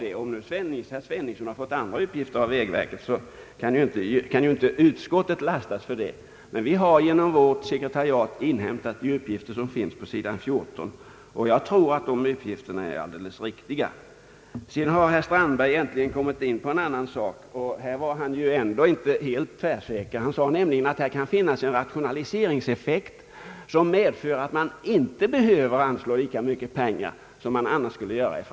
Om herr Sveningsson har fått andra uppgifter från vägverket kan ju inte utskottet lastas för det. De uppgifter vårt sekretariat har inhämtat och som vi har redovisat på sidan 14 i utskottsutlåtandet tror jag är riktiga. Herr Strandberg tillstod att det kan finnas en rationaliseringseffekt — även om han inte var helt tvärsäker — som innebär att man kanske i framtiden inte behöver anslå lika mycket pengar som man annars skulle behöva göra.